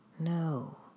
No